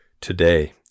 today